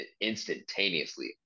instantaneously